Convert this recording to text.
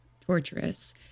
torturous